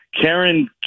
Karen